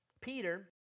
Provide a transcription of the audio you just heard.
Peter